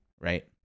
right